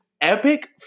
Epic